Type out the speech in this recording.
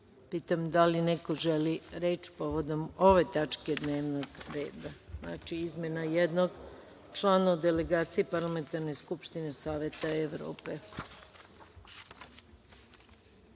pretres. Da li neko želi reč povodom ove tačke dnevnog reda? Znači, izmena jednog člana delegacije Parlamentarne skupštine Saveta